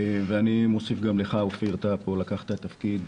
אני מוסיף גם לך, אופיר, אתה פה לקחת תפקיד